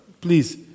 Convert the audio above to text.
Please